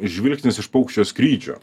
žvilgsnis iš paukščio skrydžio